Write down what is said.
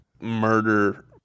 murder